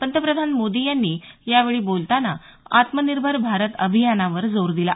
पंतप्रधान मोदी यांनी यावेळी बोलतांना आत्मनिर्भर भारत अभियानावर जोर दिला